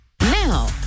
Now